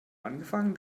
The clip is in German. angefangen